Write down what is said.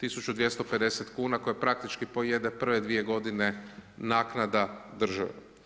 1250 kuna koje praktički pojede prve dvije godine naknada države.